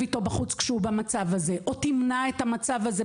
אתו בחוץ כשהוא במצב הזה או למנוע את המצב הזה.